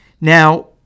Now